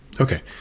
Okay